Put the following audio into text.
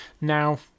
now